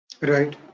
right